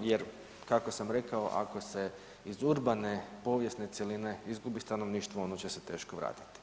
jer kako sam rekao ako se iz urbane povijesne cjeline izgubi stanovništvo ono će se teško vratiti.